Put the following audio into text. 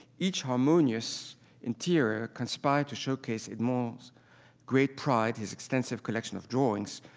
each harmonious interior conspired to showcase edmond's great pride, his extensive collection of drawings,